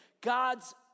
God's